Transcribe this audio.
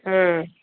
ହଁ